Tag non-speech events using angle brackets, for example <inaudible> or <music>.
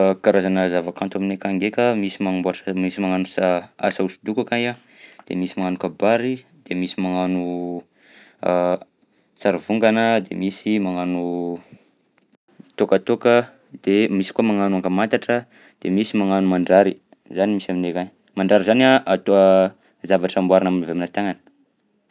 Ah, karazana zavakanto aminay akagny ndraika, misy manamboatra misy magnano sa- <hesitation> asa hosodoko akagny a, de misy magnano kabary, de misy magnano <hesitation> sary vongana, de misy magnano tôkatôka, de misy koa magnano ankamantatra, de misy magnano mandrary, zany misy aminay akagny. Mandrary zany atao <hesitation> zavatra amboarina agnanova aminà tànana.